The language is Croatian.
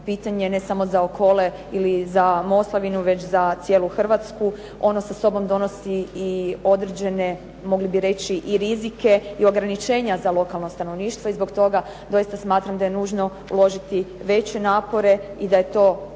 ne samo za Okole ili za Moslavinu već za cijelu Hrvatsku, ono sa sobom donosi i određene mogli bi reći i rizike i ograničenja za lokalno stanovništvo i zbog toga doista smatram da je nužno uložiti veće napore i da je to